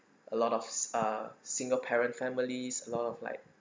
a lot of s~ uh single parent families a lot of like